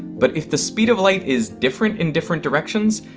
but if the speed of light is different in different directions,